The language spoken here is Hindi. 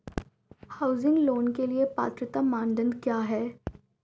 हाउसिंग लोंन के लिए पात्रता मानदंड क्या हैं?